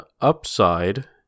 Upside